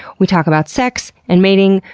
we talk about sex and mating.